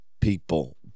people